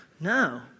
No